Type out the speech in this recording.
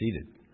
seated